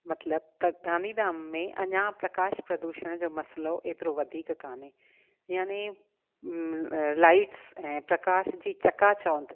मतिलबु त गांधीधाम में अञा प्रकाश प्रदूषण जो मसलो एतिरो वधीक कोन्हे याने लाइट्स ऐं प्रकाश जी चकाचोंद